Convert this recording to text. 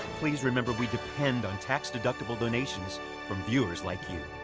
please remember we depend on tax-deductible donations from viewers like you.